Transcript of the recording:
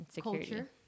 culture